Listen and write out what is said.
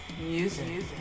music